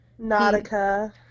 Nautica